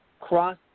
cross